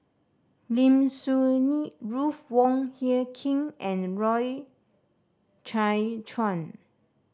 Lim Soo Ngee Ruth Wong Hie King and Loy Chye Chuan